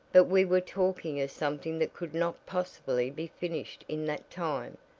but we were talking of something that could not possibly be finished in that time,